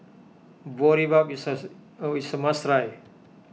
Boribap is a way you must try